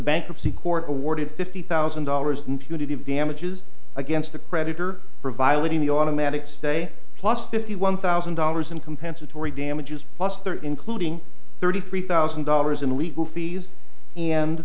bankruptcy court awarded fifty thousand dollars in punitive damages against the creditor providing the automatic stay plus fifty one thousand dollars in compensatory damages plus there including thirty three thousand dollars in legal fees